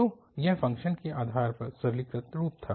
तो यह फ़ंक्शन के आधार पर सरलीकृत रूप था